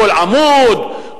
כל עמוד,